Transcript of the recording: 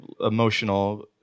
emotional